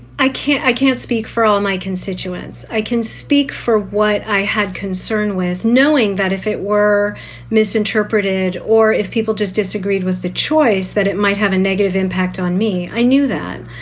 i can't i can't speak for all my constituents. i can speak for what i had concern with, knowing that if it were misinterpreted or if people just disagreed with the choice, that it might have a negative impact on me. i knew that,